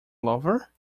lover